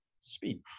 speed